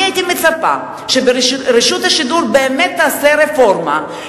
אני הייתי מצפה שרשות השידור באמת תעשה רפורמה,